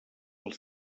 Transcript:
als